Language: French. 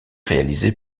réalisé